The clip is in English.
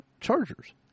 chargers